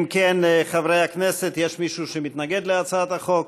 אם כן, חברי הכנסת, יש מישהו שמתנגד להצעת החוק?